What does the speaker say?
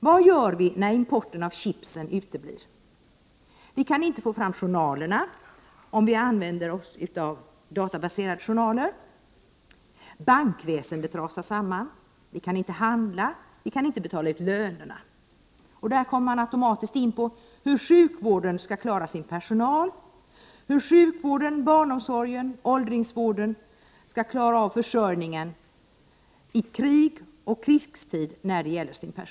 Vad gör vi när importen av chips uteblir? Vi kan inte få fram journalerna, om vi använder oss av databaserade journaler, bankväsendet rasar samman, vi kan inte handla, vi kan inte betala utlöner. Och då kommer vi automatiskt in på hur sjukvården, barnomsorgen och åldringsvården skall klara sin personalförsörjning i krig och kristid.